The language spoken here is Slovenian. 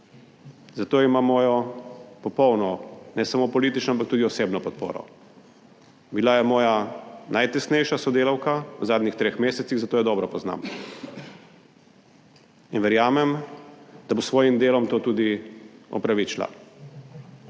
zato ima mojo popolno, ne samo politično, ampak tudi osebno podporo. Bila je moja najtesnejša sodelavka v zadnjih treh mesecih, zato jo dobro poznam in verjamem, da bo s svojim delom to tudi opravičila.